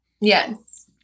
Yes